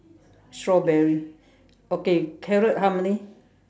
strawberry okay carrot how many